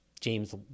James